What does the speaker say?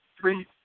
Three